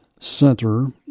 center